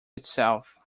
itself